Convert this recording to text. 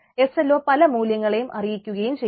SLO പല മൂല്യങ്ങളെയും അറിയിക്കുകയും ചെയ്യുന്നു